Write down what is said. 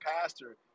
pastor